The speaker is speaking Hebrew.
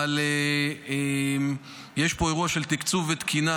אבל יש פה אירוע של תקצוב ותקינה,